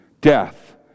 death